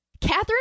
Catherine